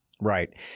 Right